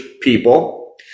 people